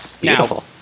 Beautiful